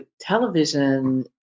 television